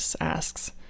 asks